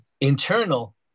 internal